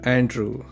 Andrew